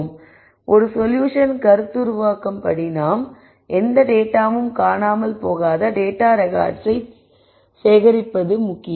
எனவே ஒரு சொல்யூஷன் கருத்துருவாக்கம் படி நாம் எந்த டேட்டாவும் காணாமல் போகாத டேட்டா ரெக்கார்ட்ஸை சேகரிப்பது முக்கியம்